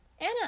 Anna